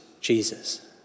Jesus